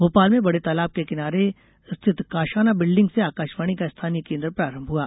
भोपाल में बड़े तालाब के किनारे रिथित काशाना बिल्डिंग से आकाशवाणी का स्थानीय केन्द्र प्रारंभ हुआ